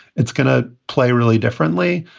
it's going to play really differently.